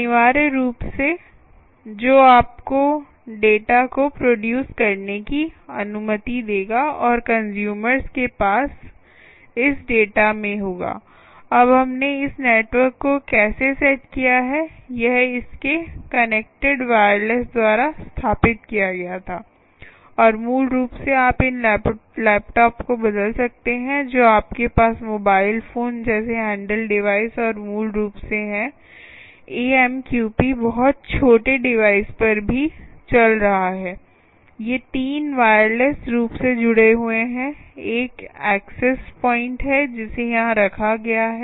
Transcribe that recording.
अनिवार्य रूप से रूप से जो आपको डेटा को प्रोडूस करने की अनुमति देगा और कंस्यूमर्स के पास इस डेटा में होगा अब हमने इस नेटवर्क को कैसे सेट किया है यह इसके कनेक्टेड वायरलेस द्वारा स्थापित किया गया था और मूल रूप से आप इन लैपटॉप को बदल सकते हैं जो आपके पास मोबाइल फोन जैसे हैंडल डिवाइस और मूल रूप से हैं एएमक्यूपी बहुत छोटे डिवाइस पर भी चल रहा है ये 3 वायरलेस रूप से जुड़े हुए हैं एक एक्सेस प्वाइंट है जिसे यहां रखा गया है